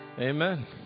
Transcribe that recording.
Amen